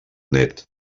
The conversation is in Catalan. nét